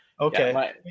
okay